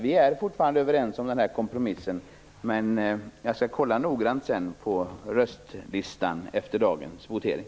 Vi är fortfarande överens om den här kompromissen, men jag skall titta noggrant på röstlistan efter dagens votering.